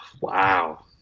Wow